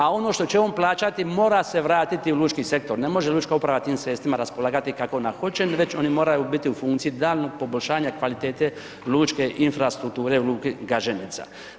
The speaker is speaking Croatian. A ono što će on plaćati mora se vratiti u lučki sektor, ne može lučka uprava tim sredstvima raspolagati kako ona hoće već oni moraju biti u funkciji daljnjeg poboljšanja kvalitete lučke infrastrukture u luki Gaženica.